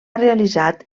realitzat